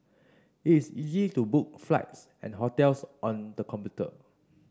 it is easy to book flights and hotels on the computer